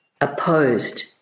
opposed